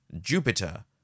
Jupiter